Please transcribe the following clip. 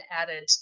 added